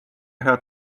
head